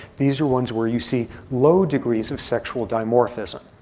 these are ones where you see low degrees of sexual dimorphism.